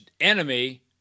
enemy